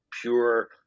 pure